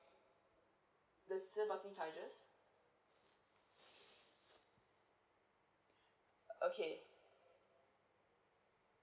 the season parking charges okay